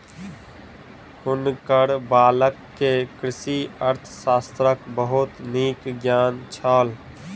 हुनकर बालक के कृषि अर्थशास्त्रक बहुत नीक ज्ञान छल